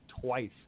twice